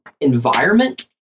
environment